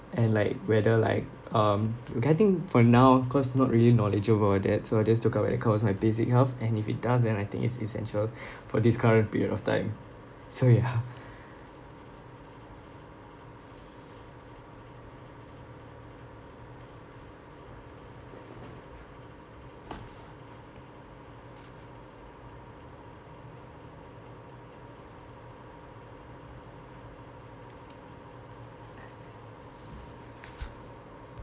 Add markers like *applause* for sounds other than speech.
and like whether like um okay I think for now cause not really knowledgeable about that so I just look up whether it covers my basic health and if it does then I think it's essential *breath* for this current period of time so ya *laughs* *noise*